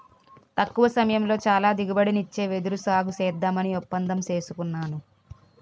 తక్కువ సమయంలో చాలా దిగుబడినిచ్చే వెదురు సాగుసేద్దామని ఒప్పందం సేసుకున్నాను